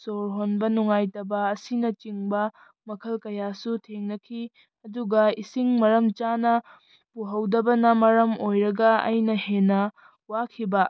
ꯁꯣꯔ ꯍꯣꯟꯕ ꯅꯨꯡꯉꯥꯏꯇꯕ ꯑꯁꯤꯅꯆꯤꯡꯕ ꯋꯥꯈꯜ ꯀꯌꯥꯁꯨ ꯊꯦꯡꯅꯈꯤ ꯑꯗꯨꯒ ꯏꯁꯤꯡ ꯃꯔꯝ ꯆꯥꯅ ꯎꯍꯧꯗꯕꯅ ꯃꯔꯝ ꯑꯣꯏꯔꯒ ꯑꯩꯅ ꯍꯦꯟꯅ ꯋꯥꯈꯤꯕ